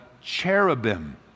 cherubim